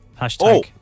Hashtag